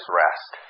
rest